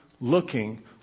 looking